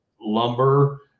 lumber